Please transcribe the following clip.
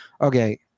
okay